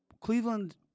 cleveland